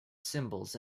symbols